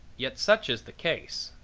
yet such is the case.